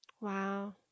Wow